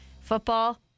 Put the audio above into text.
Football